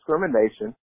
discrimination